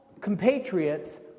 compatriots